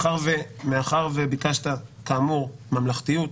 מאחר שביקשת כאמור ממלכתיות,